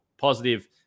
Positive